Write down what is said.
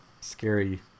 scary